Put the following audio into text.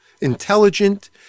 intelligent